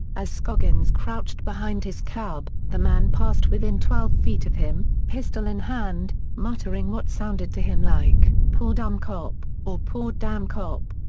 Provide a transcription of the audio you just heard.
as scoggins crouched behind his cab, the man passed within twelve feet of him, pistol in hand, muttering what sounded to him like, poor dumb cop or poor damn cop.